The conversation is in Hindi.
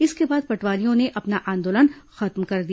इसके बाद पटवारियों ने अपना आंदोलन खत्म कर दिया